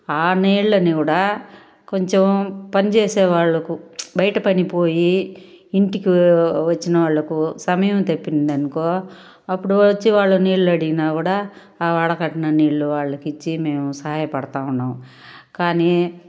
నీళ్ళని కూడా కొంచెం పని చేసేవాళ్ళకు బయటపని పోయి ఇంటికి వా వచ్చిన వాళ్ళకు సమయం తెప్పిందనుకో అప్పుడు వచ్చి వాళ్ళు నీళ్ళు అడిగినా కూడా వడకట్టిన నీళ్ళు వాళ్ళలు ఇచ్చి మేము సాయపడతా ఉన్నాం కానీ